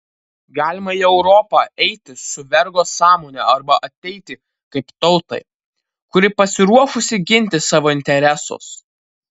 galima į europą eiti su vergo sąmone arba ateiti kaip tautai kuri pasiruošusi ginti savo interesus